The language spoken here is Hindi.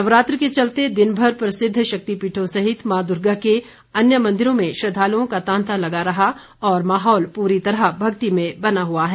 नवरात्र के चलते दिनभर प्रसिद्ध शक्तिपीठों सहित मां दुर्गा के अन्य मंदिरों में श्रद्धालुओं का तांता लगा रहा और माहौल पूरी तरह भक्तिमय बना हुआ है